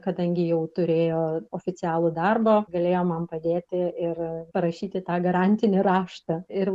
kadangi jau turėjo oficialų darbą galėjo man padėti ir parašyti tą garantinį raštą ir